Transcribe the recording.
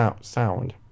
sound